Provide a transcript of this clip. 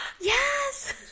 Yes